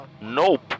Nope